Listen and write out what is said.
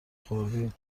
خوردی